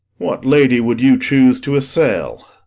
what lady would you choose to assail?